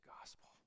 gospel